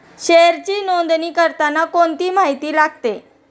शेअरची नोंदणी करताना कोणती माहिती लागते?